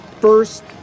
first